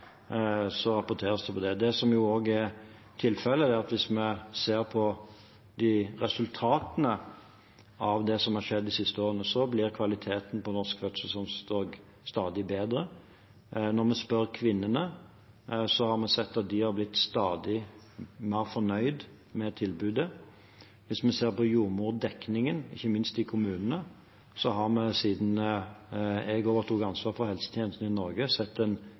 rapporteres det på det. Det som er tilfellet, er at hvis vi ser på resultatene av det som har skjedd de siste årene, blir kvaliteten på norsk fødselsomsorg stadig bedre. Når vi spør kvinnene, har vi sett at de har blitt stadig mer fornøyd med tilbudet. Hvis vi ser på jordmordekningen, ikke minst i kommunene, har vi siden jeg overtok ansvaret for helsetjenesten i Norge, sett en